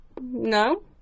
No